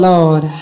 Lord